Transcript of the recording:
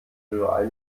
rührei